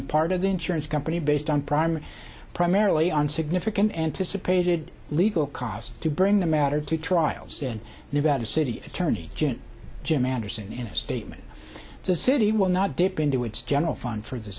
the part of the insurance company based on prior primarily on significant anticipated legal costs to bring the matter to trials in nevada city attorney jim anderson in a statement the city will not dip into its general fund for the